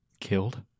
Killed